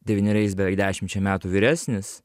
devyneriais beveik dešimčia metų vyresnis